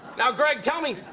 now, greg, tell me.